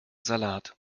salat